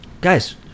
guys